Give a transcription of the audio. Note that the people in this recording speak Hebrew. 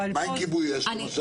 ומה עם כיבוי אש, למשל?